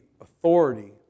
authority